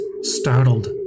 startled